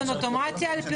אוטומטית על פרסום?